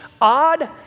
odd